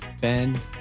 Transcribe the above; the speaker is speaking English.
Ben